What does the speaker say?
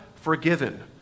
forgiven